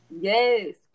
Yes